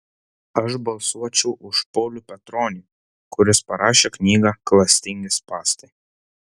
aš balsuočiau už paulių petronį kuris parašė knygą klastingi spąstai